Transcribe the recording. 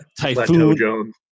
Typhoon